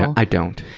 i don't.